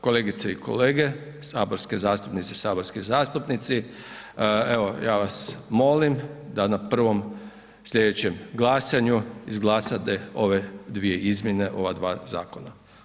Kolegice i kolege, saborske zastupnice i saborski zastupnici, evo, ja vas molim da na prvom sljedećem glasanju izglasate ove dvije izmjene, ova dva zakona.